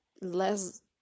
less